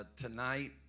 tonight